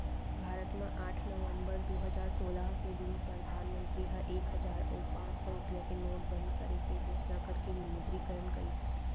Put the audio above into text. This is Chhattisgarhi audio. भारत म आठ नवंबर दू हजार सोलह के दिन परधानमंतरी ह एक हजार अउ पांच सौ रुपया के नोट बंद करे के घोसना करके विमुद्रीकरन करिस